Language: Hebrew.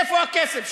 איפה הכסף?